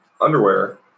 underwear